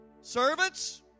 servants